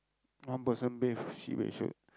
one person bathe sibeh shiok